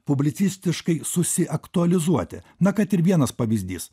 publicistiškai susiaktualizuoti na kad ir vienas pavyzdys